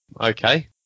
Okay